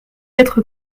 être